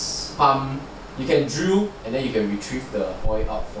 drill you can drill and then you can retrieve the oil out